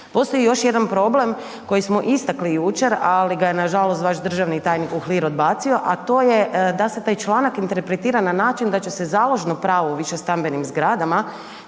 postoji još jedan problem koji smo istakli jučer, ali ga je nažalost vaš državni tajnik Uhlir odbacio, a to je da se taj članak interpretira na način da će se založno pravo u višestambenim zgradama